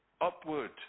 Upward